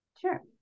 Sure